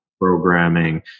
programming